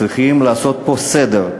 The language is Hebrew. צריכים לעשות פה סדר.